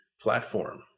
platform